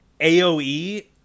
AOE